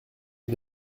est